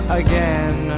again